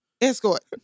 escort